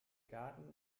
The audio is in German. garten